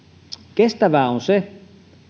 kestävää on se